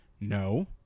no